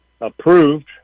approved